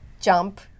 jump